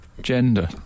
gender